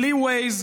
בלי Waze.